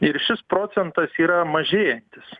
ir šis procentas yra mažėjantis